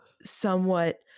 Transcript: somewhat